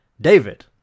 david